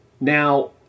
Now